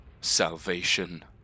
salvation